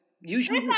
usually